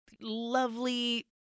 lovely